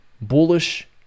bullish